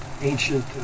ancient